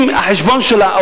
הם לא צריכים דמי ניהול.